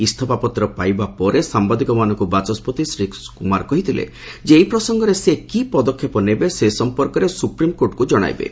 ଇସଫା ପତ୍ର ପାଇବା ପରେ ସାମ୍ବାଦିକମାନଙ୍କୁ ବାଚସ୍କତି ଶ୍ରୀ କୁମାର କହିଥିଲେ ଏ ପ୍ରସଙ୍ଗରେ ସେ କି ପଦକ୍ଷେପ ନେବେ ସେ ସମ୍ପର୍କରେ ସୁପ୍ରିମ୍କୋର୍ଟଙ୍କୁ ଜଣାଇବେ